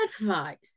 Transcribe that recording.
advice